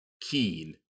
Keen